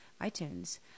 iTunes